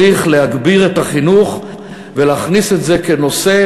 צריך להגביר את החינוך ולהכניס את זה כנושא